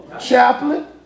chaplain